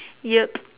yup